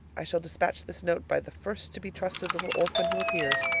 i shall despatch this note by the first to-be-trusted little orphan who appears,